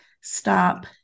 stop